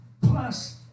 plus